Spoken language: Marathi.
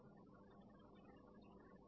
याचा अर्थ काय आहे